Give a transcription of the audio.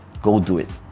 go do it,